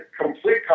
complete